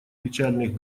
печальных